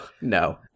No